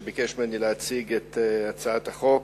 שביקש ממני להציג את הצעת החוק.